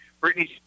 Brittany